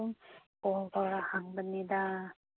call ꯇꯧꯔꯥ ꯍꯪꯕꯅꯤꯗ